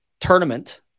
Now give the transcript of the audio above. tournament